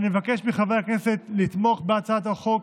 אני מבקש מחברי הכנסת לתמוך בהצעת החוק